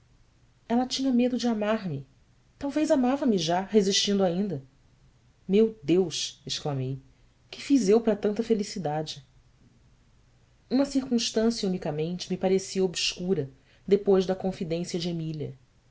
ela tinha medo de amar-me talvez amava-me já resistindo ainda eu eus exclamei ue fiz eu para tanta felicidade uma circunstância unicamente me parecia obscura depois da confidência de emília